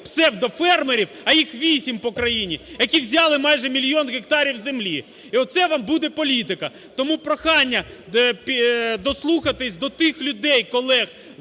псевдофермерів, а їх вісім по країні, які взяли майже мільйон гектарів землі. І оце вам буде політика. Тому прохання дослухатись до тих людей і колег,